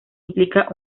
implicaba